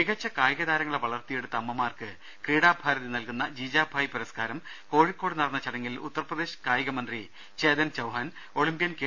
മികച്ച കായിക താരങ്ങളെ വളർത്തിയെടുത്ത അമ്മമാർക്ക് ക്രീഡാ ഭാരതി നൽകുന്ന ജീജാഭായി പുരസ്കാരം കോഴിക്കോട് നടന്ന ചടങ്ങിൽ ഉത്തർ പ്രദേശ് കായിക മന്ത്രി ചേതൻ ചൌഹാൻ ഒളിംപ്യൻ കെ